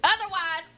Otherwise